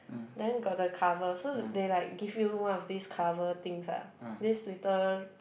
then got the cover so they like give you one of this cover things ah this little